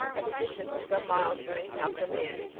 at the distance of some miles from any house or man.